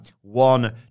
One